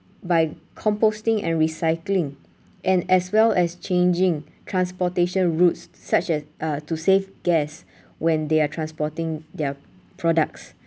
by composting and recycling and as well as changing transportation routes such as uh to save gas when they are transporting their products